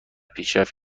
پیشرفت